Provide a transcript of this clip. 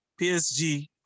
PSG